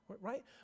right